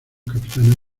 capitanes